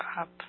up